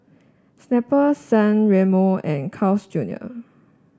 Snapple San Remo and Carl's Junior